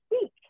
speak